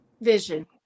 Vision